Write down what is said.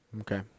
Okay